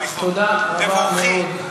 תודה רבה מאוד.